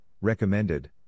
Recommended